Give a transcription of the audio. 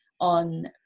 on